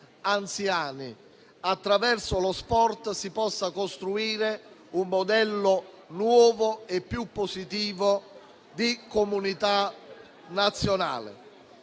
anziani, attraverso lo sport si possa costruire un modello nuovo e più positivo di comunità nazionale.